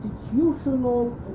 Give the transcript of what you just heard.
institutional